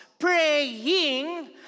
Praying